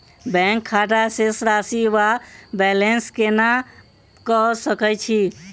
Bank खाता शेष राशि वा बैलेंस केना कऽ सकय छी?